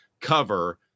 cover